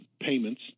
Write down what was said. payments